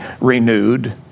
renewed